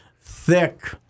thick